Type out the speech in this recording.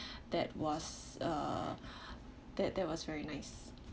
that was uh that that was very nice